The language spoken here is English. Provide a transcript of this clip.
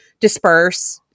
disperse